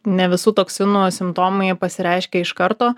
ne visų toksino simptomai pasireiškia iš karto